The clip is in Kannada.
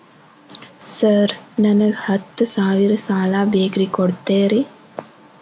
ಸರ್ ನನಗ ಹತ್ತು ಸಾವಿರ ಸಾಲ ಬೇಕ್ರಿ ಕೊಡುತ್ತೇರಾ?